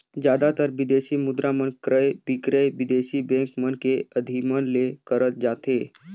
जादातर बिदेसी मुद्रा मन क्रय बिक्रय बिदेसी बेंक मन के अधिमन ले करत जाथे